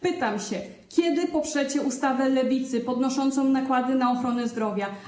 Pytam się: Kiedy poprzecie ustawę Lewicy podnoszącą nakłady na ochronę zdrowia?